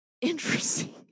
interesting